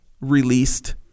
released